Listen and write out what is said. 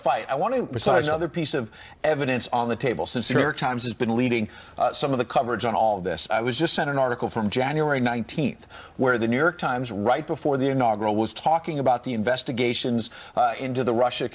fight i want to start another piece of evidence on the table sincere times has been leading some of the coverage on all of this i was just sent an article from january nineteenth where the new york times right before the inaugural was talking about the investigations into the russia